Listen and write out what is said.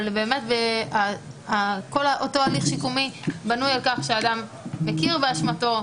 באמת כל אותו הליך שיקומי בנוי על כך שאדם מכיר באשמתו,